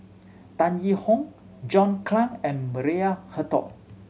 Tan Yee Hong John Clang and Maria Hertogh